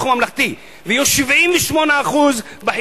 הממלכתי ויהיו 78% בחינוך הערבי והחרדי.